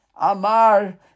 Amar